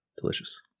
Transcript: Delicious